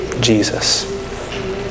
Jesus